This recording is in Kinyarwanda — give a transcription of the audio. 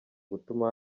gutuma